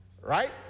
Right